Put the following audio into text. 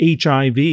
HIV